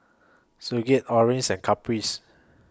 Sigurd Orson and Caprice